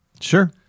Sure